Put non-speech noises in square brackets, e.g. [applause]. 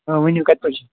اۭں ؤنِو کَتہِ پٮ۪ٹھ [unintelligible]